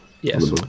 Yes